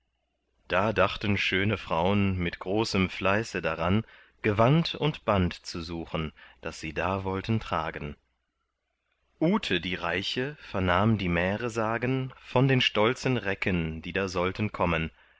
da dachten schöne fraun mit großem fleiße daran gewand und band zu suchen das sie da wollten tragen ute die reiche vernahm die märe sagen von den stolzen recken die da sollten kommen